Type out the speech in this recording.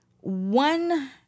One